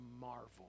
marvel